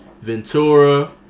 Ventura